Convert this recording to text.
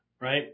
right